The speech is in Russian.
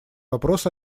вопрос